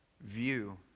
view